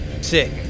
sick